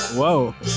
whoa